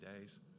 days